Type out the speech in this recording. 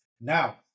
Now